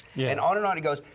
yeah and on, and on it goes.